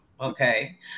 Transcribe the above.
okay